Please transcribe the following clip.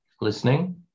listening